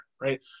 right